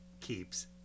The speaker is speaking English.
keeps